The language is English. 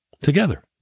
together